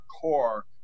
core